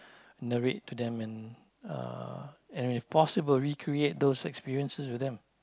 narrate to them and uh and if possible recreate those experiences with them